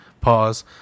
Pause